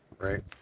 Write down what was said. Right